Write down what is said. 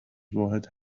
واحد